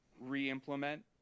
re-implement